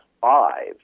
five